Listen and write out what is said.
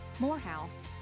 Morehouse